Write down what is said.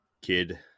Kid